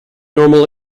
normal